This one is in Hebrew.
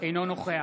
אינה נוכח